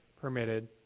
permitted